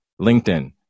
linkedin